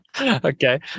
Okay